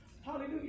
hallelujah